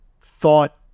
thought